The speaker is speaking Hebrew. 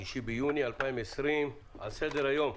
על סדר-היום: